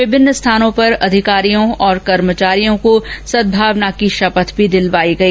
विभिन्न स्थानों पर अधिकारियों और कर्मचारियों को सदभावना की शपथ भी दिलवाई गई